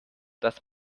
dass